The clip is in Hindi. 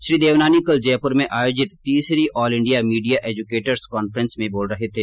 श्री देवनानी कल जयपुर में आयोजित तीसरी all India media educators conference में बोल रहे थे